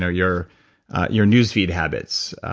ah your your newsfeed habits.